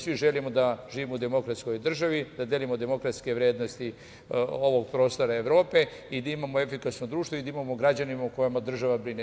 Svi želimo da živimo u demokratskoj državi, da delimo demokratske vrednosti ovog prostora Evrope i da imamo efikasno društvo i da imamo građane o kojima država brine.